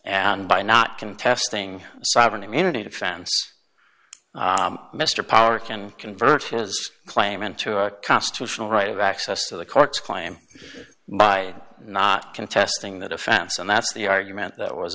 and by not contesting sovereign immunity defense mr power can convert his claim into a constitutional right of access to the courts claim by not contesting the defense and that's the argument that was